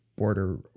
border